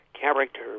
character